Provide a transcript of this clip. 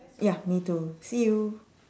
ya me too see you